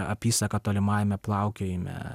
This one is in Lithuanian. apysaka tolimajame plaukiojime